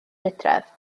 hydref